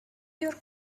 your